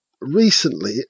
recently